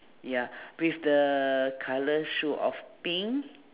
ya with the colour shoe of pink